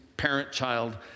parent-child